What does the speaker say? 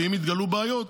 ואם יתגלו בעיות,